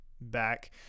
Back